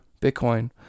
Bitcoin